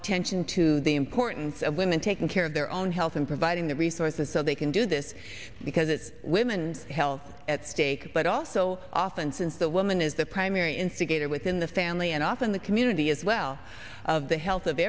attention to the importance of women taking care of their own health and providing the resources so they can do this because it's women's health at stake but also often since the woman is the primary instigator within the family and often the community as well of the health of